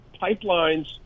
pipelines